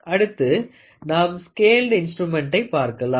அடுத்து நாம் ஸ்கேல்டு இன்ஸ்ட்ருமென்ட்டை பார்க்கலாம்